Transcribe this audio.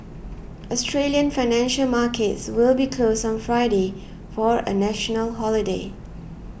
Australian financial markets will be closed on Friday for a national holiday